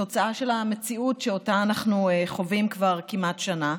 תוצאה של המציאות שאנחנו חווים כבר כמעט שנה: